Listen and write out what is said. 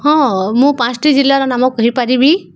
ହଁ ମୁଁ ପାଞ୍ଚଟି ଜିଲ୍ଲାର ନାମ କହିପାରିବି